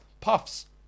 puffs